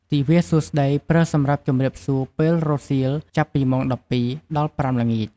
ទិវាសួស្តី ប្រើសម្រាប់ ជំរាបសួរពេលរសៀល ចាប់ពីម៉ោង ១២ ដល់ ៥ល្ងាច។